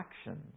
actions